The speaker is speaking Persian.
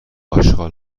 اشغال